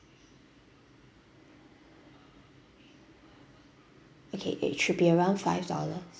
okay it should be around five dollars